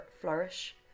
flourish